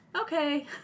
okay